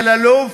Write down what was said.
אלי אלאלוף,